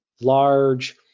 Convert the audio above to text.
large